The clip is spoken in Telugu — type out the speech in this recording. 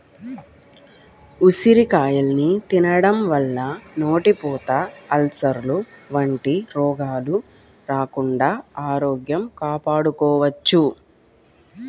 ఉసిరికాయల్ని తినడం వల్ల నోటిపూత, అల్సర్లు వంటి రోగాలు రాకుండా ఆరోగ్యం కాపాడుకోవచ్చు